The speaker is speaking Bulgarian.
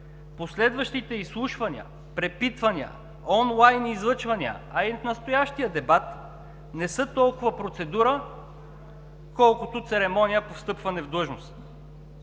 Последващите изслушвания, препитвания, онлайн излъчвания, а и в настоящия дебат, не са толкова процедура, колкото церемония по встъпване в длъжност.